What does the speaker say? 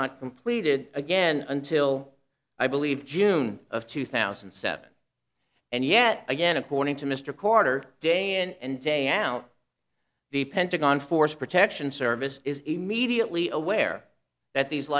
not completed again until i believe june of two thousand and seven and yet again according to mr quarter day and day out the pentagon force protection service is immediately aware that these